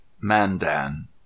Mandan